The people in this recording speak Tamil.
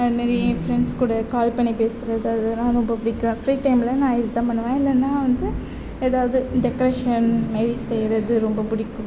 அது மாரி என் ஃப்ரெண்ட்ஸ் கூட கால் பண்ணி பேசுவது அதெலாம் ரொம்ப பிடிக்கும் ஃப்ரீ டையமில் நான் இதுதான் பண்ணுவேன் இல்லைன்னா வந்து ஏதாவது டெக்ரேஷன் அந்த மாரி செய்கிறது ரொம்ப பிடிக்கும்